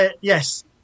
Yes